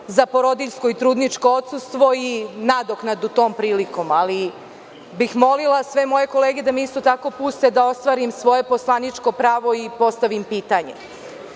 za porodiljsko i trudničko odsustvo i nadoknadu tom prilikom, ali bih molila sve moje kolege da me puste da ostvarim svoje poslaničko pravo i postavim pitanje. Kada